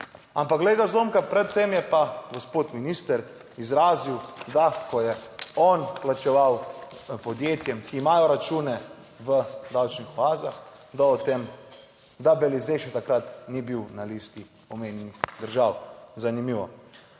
Ampak, glej ga zlomka, pred tem je pa gospod minister izrazil, da ko je on plačeval podjetjem, ki imajo račune v davčnih oazah, da o tem da Belize takrat ni bil na listi omenjenih držav. Zanimivo.